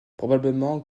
probablement